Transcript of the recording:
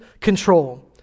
control